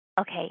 Okay